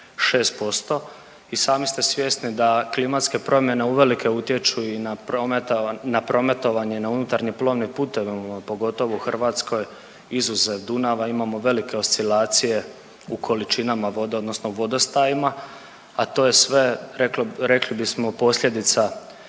0,6%. I sami ste svjesni da klimatske promjene uvelike utječu i na prometovanje i na unutarnje plovne puteve, pogotovo u Hrvatskoj. Izuzev Dunava, imamo velike oscilacije u količinama vode, odnosno vodostajima, a to je sve, rekli bismo, posljedica